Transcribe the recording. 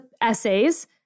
essays